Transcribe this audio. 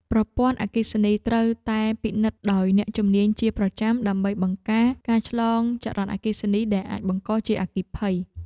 ប្រព័ន្ធអគ្គិសនីត្រូវតែពិនិត្យដោយអ្នកជំនាញជាប្រចាំដើម្បីបង្ការការឆ្លងចរន្តអគ្គិសនីដែលអាចបង្កជាអគ្គិភ័យ។